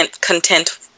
content